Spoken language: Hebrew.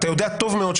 אתה יודע טוב מאוד,